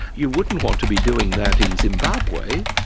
you wouldn't want to be doing that in zimbabwe,